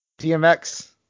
DMX